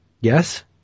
Yes